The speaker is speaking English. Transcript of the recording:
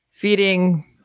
feeding